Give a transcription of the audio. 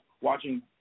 watching